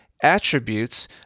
attributes